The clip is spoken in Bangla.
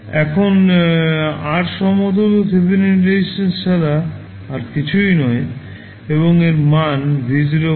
এখন R সমতুল্য থেভেনিন রেজিস্ট্যান্স ছাড়া কিছুই নয় এবং এর মান v0 i0